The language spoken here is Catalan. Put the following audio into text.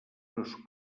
meus